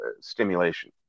stimulation